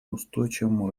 устойчивому